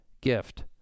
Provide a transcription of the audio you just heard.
gift